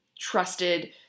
trusted